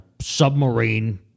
submarine